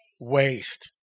Waste